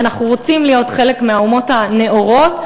אנחנו רוצים להיות חלק מהאומות הנאורות,